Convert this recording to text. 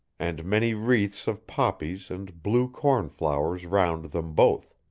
and many wreaths of poppies and blue corn-flowers round them both